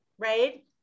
right